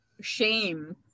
shame